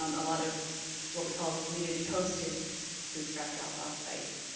um a lot of what we call the community hosted food scrap drop off sites.